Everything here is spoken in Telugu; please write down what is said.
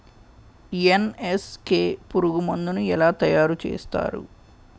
ఎన్.ఎస్.కె పురుగు మందు ను ఎలా తయారు చేస్తారు?